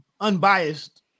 unbiased